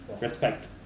Respect